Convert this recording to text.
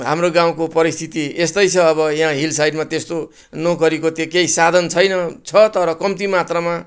हाम्रो गाउँको परिस्थिति यस्तै छ अब यहाँ हिल साइडमा त्यस्तो नोकरीको त्यो केही साधन छैन छ तर कम्ती मात्रामा